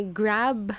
grab